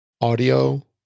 audio